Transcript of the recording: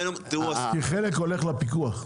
כי חלק הולך לפיקוח.